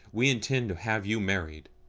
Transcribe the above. we intend to have you married.